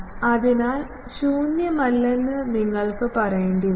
അതിനാൽ ശൂന്യമല്ലെന്ന് നിങ്ങൾക്ക് പറയേണ്ടി വരും